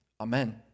Amen